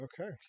Okay